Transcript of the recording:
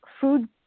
food